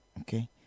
Okay